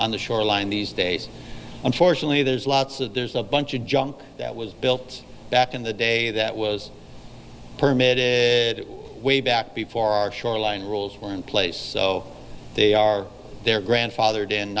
on the shoreline these days unfortunately there's lots of there's a bunch of junk that was built back in the day that was permitted way back before our shoreline rules were in place so they are there grandfathered in